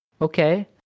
Okay